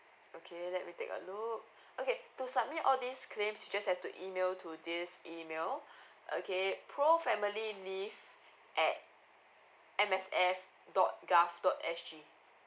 okay let me take a look okay to submit all these claims you just have to email to this email okay pro family leave at M S F dot gov dot S G